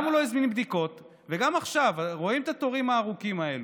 הוא גם לא הזמין בדיקות וגם עכשיו רואים את התורים הארוכים האלה.